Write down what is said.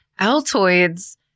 Altoids